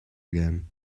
again